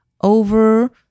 over